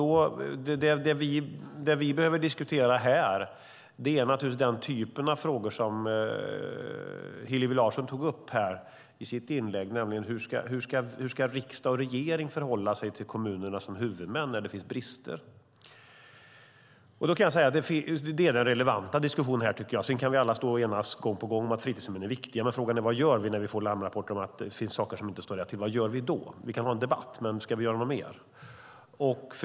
Det vi behöver diskutera här är naturligtvis den typen av frågor som Hillevi Larsson tog upp i sitt inlägg, nämligen hur riksdag och regering ska förhålla sig till kommunerna, som är huvudmän, när det finns brister. Det tycker jag är den relevanta diskussionen här. Vi kan alla gång på gång enas om att fritidshemmen är viktiga, men frågan är vad vi gör när vi får larmrapporter om att saker och ting inte står rätt till. Vad gör vi då? Vi kan ha en debatt, men ska vi göra något mer?